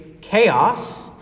chaos